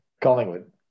Collingwood